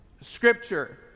scripture